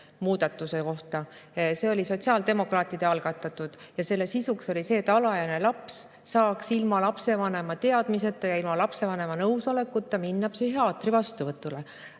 muutmise hääletamine. See oli sotsiaaldemokraatide algatatud ja selle sisuks oli see, et alaealine laps saaks ilma lapsevanema teadmiseta ja ilma lapsevanema nõusolekuta minna psühhiaatri vastuvõtule.